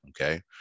Okay